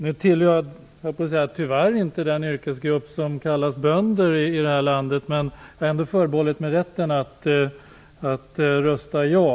Nu tillhör jag - tyvärr, höll jag på att säga - inte den yrkesgrupp som kallas bönder, men jag har ändå förbehållit mig rätten att rösta ja.